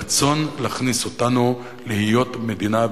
רצון להכניס אותנו להיות מדינה במכרז.